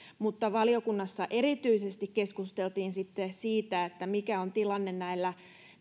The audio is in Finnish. mutta valiokunnassa erityisesti keskusteltiin siitä mikä on tilanne näillä